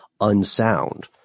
unsound